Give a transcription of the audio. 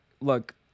Look